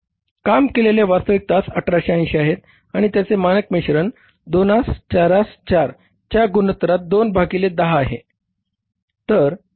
काम केलेले वास्तविक तास 1880 आहेत आणि त्याचे मानक मिश्रण 2 4 4 च्या गुणोत्तरात दोन भागिले दहा आहे